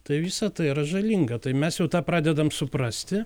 tai visa tai yra žalinga tai mes jau tą pradedam suprasti